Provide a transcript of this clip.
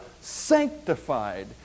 sanctified